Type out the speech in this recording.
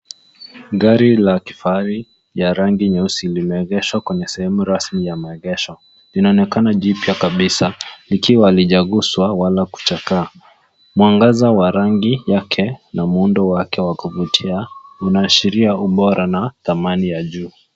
Gari la kifahari, ya rangi nyeusi limeegeshwa kwenye sehemu rasmi ya maegesho. Linaonekana jipya kabisa, likiwa halijaguswa wala kuchakaa. Mwangaza wa rangi yake, na muundo wake wa kuvutia, unaashiria ubora na thamani ya juu.